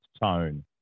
tone